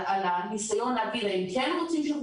על הניסיון להגיד האם כן רוצים שילכו